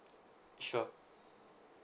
sure